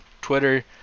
Twitter